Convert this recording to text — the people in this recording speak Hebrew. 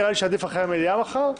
נראה לי שעדיף אחרי המליאה מחר.